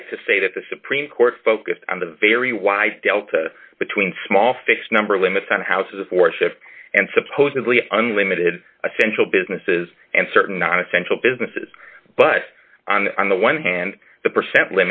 right to say that the supreme court focused on the very wide delta between small fixed number limits on houses a th th and supposedly unlimited essential businesses and certain non essential businesses but on on the one hand the percent